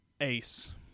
Ace